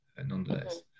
Nonetheless